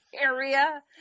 area